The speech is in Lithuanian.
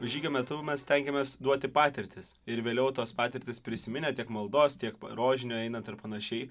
žygio metu mes stengiamės duoti patirtis ir vėliau tos patirtys prisiminę tiek maldos tiek rožinio einant ir panašiai